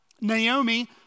Naomi